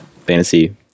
fantasy